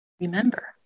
Remember